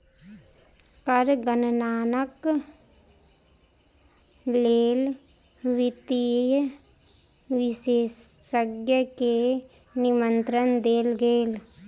कर गणनाक लेल वित्तीय विशेषज्ञ के निमंत्रण देल गेल